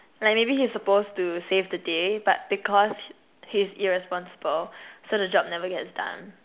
like maybe he's supposed to save the day but because he's irresponsible so the job never gets done